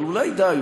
אבל אולי די?